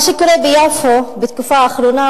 מה שקורה ביפו בתקופה האחרונה,